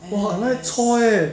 !wah! like that chor eh